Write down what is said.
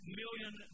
million